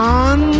on